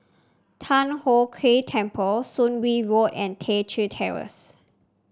Thian Hock Keng Temple Soon Wing Road and Teck Chye Terrace